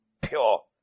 Pure